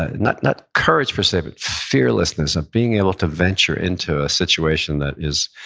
and not not courage per se, but fearlessness, of being able to venture into a situation that is,